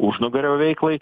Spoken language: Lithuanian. užnugario veiklai